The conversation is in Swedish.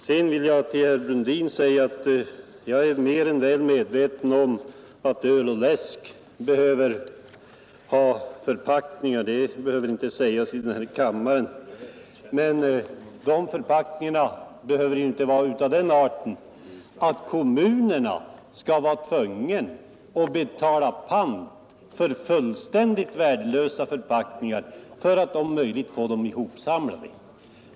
Sedan vill jag säga till herr Brundin att jag är mer än väl medveten om att man måste ha förpackningar till öl och läsk. Det behöver inte sägas i denna kammare. Men de förpackningarna behöver inte vara av den arten att kommunerna blir tvungna att betala för att få dessa fullständigt värdelösa förpackningar hopsamlade.